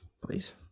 Please